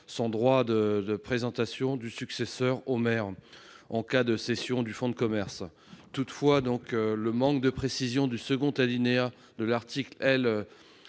son droit de présentation d'un successeur au maire en cas de cession du fonds de commerce. Le manque de précision du deuxième alinéa de l'article L.